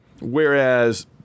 whereas